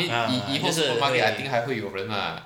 ya 就是会